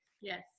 Yes